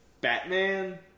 Batman